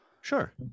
Sure